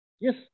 yes